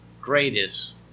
greatest